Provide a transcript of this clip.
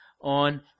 on